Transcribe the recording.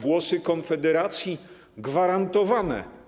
Głosy Konfederacji są gwarantowane.